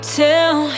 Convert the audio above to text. tell